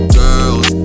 girls